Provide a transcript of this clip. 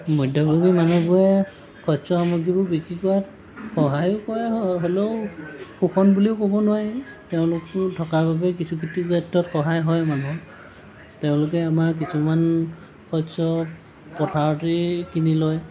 মধ্যভোগী মানুহবোৰে শস্য সামগ্ৰীবোৰ বিক্ৰী কৰাত সহায় কৰে হ'লেও শোষণ বুলিও ক'ব নোৱাৰি তেওঁলোকতো থকাৰ বাবেই কিছু কিছু ক্ষেত্ৰত সহায় হয় মানুহৰ তেওঁলোকে আমাৰ কিছুমান শস্য পথাৰতেই কিনি লয়